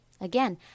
Again